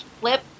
flip